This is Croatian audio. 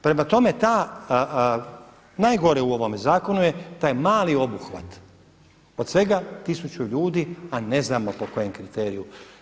Prema tome, ta, najgore u ovome zakonu je taj mali obuhvat, od svega 1000 ljudi a ne znamo po kojem kriteriju.